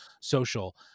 social